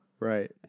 Right